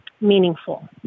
meaningful